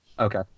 Okay